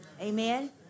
Amen